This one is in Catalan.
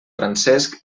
francesc